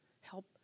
Help